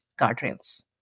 guardrails